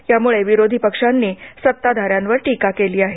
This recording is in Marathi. यामुळे विरोधी पक्षांनी सत्ताधाऱ्यांवर टीका केली आहे